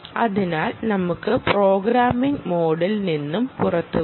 അതിനാൽ നമുക്ക് പ്രോഗ്രാമിംഗ് മോഡിൽ നിന്ന് പുറത്തുവരാം